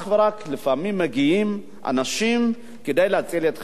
אלא לפעמים מגיעות הנשים כדי להציל את חייהן.